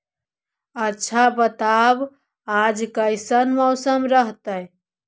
आच्छा बताब आज कैसन मौसम रहतैय?